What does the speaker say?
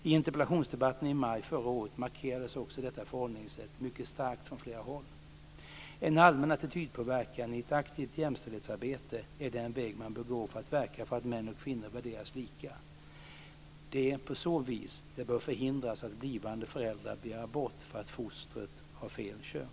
I interpellationsdebatten i maj förra året markerades också detta förhållningssätt mycket starkt från flera håll. En allmän attitydpåverkan i ett aktivt jämställdhetsarbete är den väg man bör gå för att verka för att män och kvinnor värderas lika. Det är på så vis det bör förhindras att blivande föräldrar begär abort för att fostret har "fel" kön.